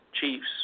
chiefs